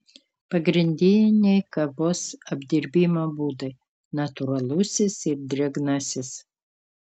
pagrindiniai kavos apdirbimo būdai natūralusis ir drėgnasis